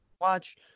watch –